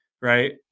right